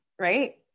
Right